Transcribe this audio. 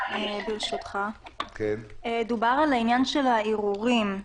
דובר על שאלת הערעורים.